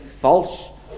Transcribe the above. false